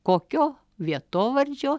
kokio vietovardžio